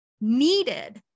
needed